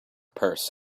purse